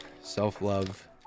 Self-love